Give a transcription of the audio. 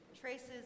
Traces